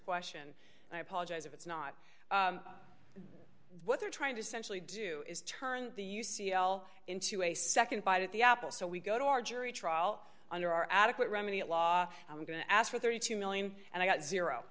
question and i apologize if it's not what they're trying to centrally do is turn the u c l into a nd bite at the apple so we go to our jury trial under our adequate remedy at law i'm going to ask for thirty two million and i got zero